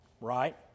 right